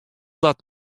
dat